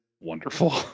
wonderful